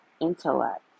intellect